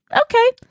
Okay